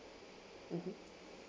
mmhmm